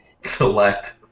Select